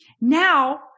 Now